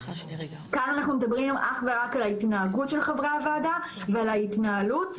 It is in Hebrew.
כאן אנחנו מדברים אך ורק על ההתנהגות של חברי הוועדה ועל ההתנהלות.